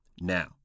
Now